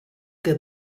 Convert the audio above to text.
que